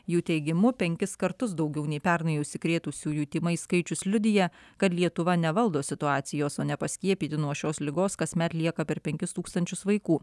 jų teigimu penkis kartus daugiau nei pernai užsikrėtusiųjų tymais skaičius liudija kad lietuva nevaldo situacijos o nepaskiepyti nuo šios ligos kasmet lieka per penkis tūkstančius vaikų